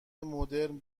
مدرن